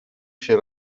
się